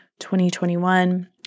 2021